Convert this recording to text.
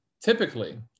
typically